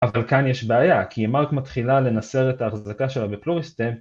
אבל כאן יש בעיה, כי אם ארק מתחילה לנסר את ההחזקה שלה בפלוריסטן